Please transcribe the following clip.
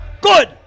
Good